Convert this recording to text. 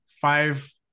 five